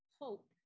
hope